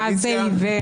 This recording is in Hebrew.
מה זה עיוור.